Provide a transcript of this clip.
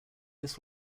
this